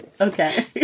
okay